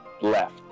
left